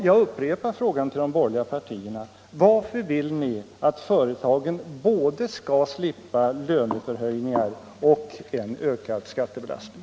Jag upprepar frågan till de borgerliga partierna: Varför vill ni att företagen skall slippa både löneförhöjningar och skattebelastning?